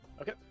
Okay